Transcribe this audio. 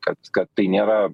kad kad tai nėra